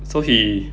so he